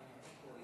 קראת לי אריאל.